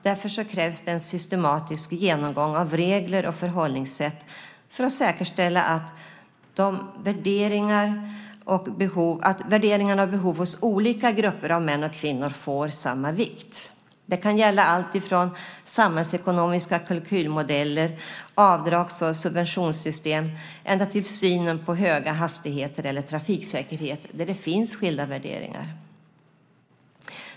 Därför krävs det en systematisk genomgång av regler och förhållningssätt för att säkerställa att värderingar och behov hos olika grupper av män och kvinnor får samma vikt. Det kan gälla allt från samhällsekonomiska kalkylmodeller, avdrags och subventionssystem ända till synen på höga hastigheter eller trafiksäkerhet, där det finns skilda värderingar.